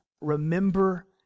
remember